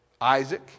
Isaac